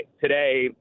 Today